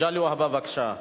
מגלי והבה, בבקשה.